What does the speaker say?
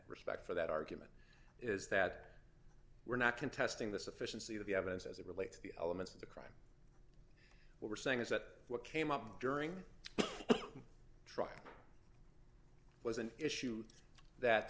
respect for that argument is that we're not contesting the sufficiency of the evidence as it relates to the elements of the crime what we're saying is that what came up during the trial was an issue that